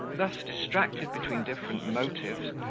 thus distracted between different motives,